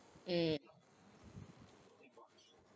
mm